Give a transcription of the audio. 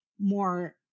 more